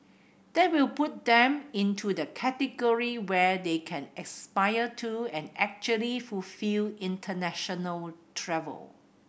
that will put them into the category where they can aspire to and actually fulfil international travel